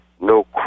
no